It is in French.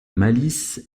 malice